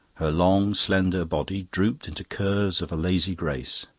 her long, slender body drooped into curves of a lazy grace.